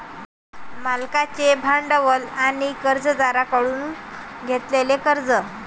मालकीचे भांडवल आणि कर्जदारांकडून घेतलेले कर्ज